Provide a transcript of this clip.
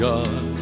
God